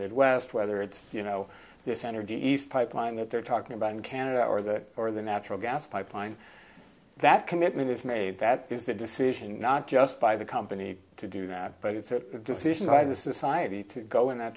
midwest whether it's you know this energy east pipeline that they're talking about in canada or the or the natural gas pipeline that commitment is made that is the decision not just by the company to do that but it's a decision i decided to go in that